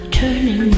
turning